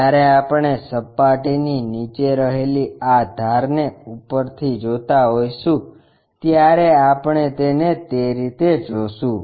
જ્યારે આપણે સપાટીની નીચે રહેલી આ ધારને ઉપરથી જોતા હોઈશું ત્યારે આપણે તેને તે રીતે જોશું